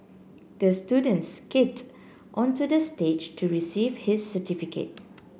the student skated onto the stage to receive his certificate